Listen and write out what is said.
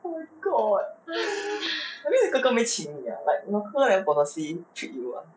!wah! 你够 [what] I mean 你哥哥没有请你 ah like your 哥 never purposely treat you ah